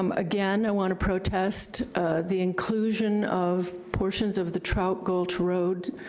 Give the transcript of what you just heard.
um again, i wanna protest the inclusion of portions of the trout gulch road